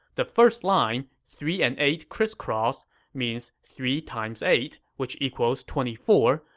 the first line three and eight crisscross means three times eight, which equals twenty four,